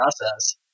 process